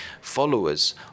followers